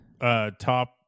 top